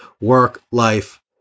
work-life